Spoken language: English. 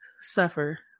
suffer